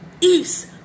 east